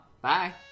Bye